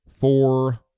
four